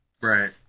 right